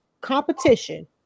competition